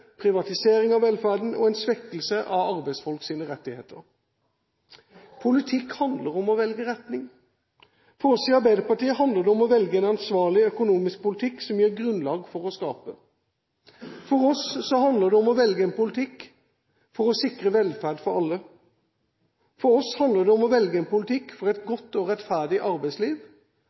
privatisering av velferden og en svekkelse av arbeidsfolks rettigheter. Politikk handler om å velge retning. For oss i Arbeiderpartiet handler det om å velge en ansvarlig økonomisk politikk som gir grunnlag for å skape, for oss handler det om å velge en politikk for å sikre velferd for alle, for oss handler det om å velge en politikk for et godt og rettferdig arbeidsliv,